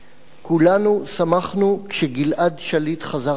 כולנו שמחנו כשגלעד שליט חזר הביתה,